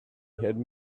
had